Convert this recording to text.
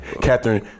Catherine